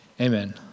Amen